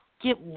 get